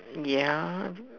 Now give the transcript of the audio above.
ya